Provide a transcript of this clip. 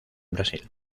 brasil